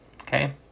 okay